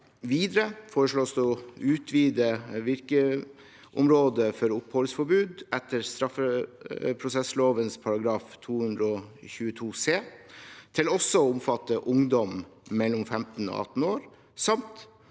Videre foreslås det å utvide virkeområdet for oppholdsforbud etter straffeprosessloven § 222 c til også å omfatte ungdom mellom 15 år og 18 år, samt